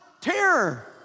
terror